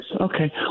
Okay